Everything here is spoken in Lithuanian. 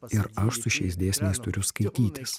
ir aš su šiais dėsniais turiu skaitytis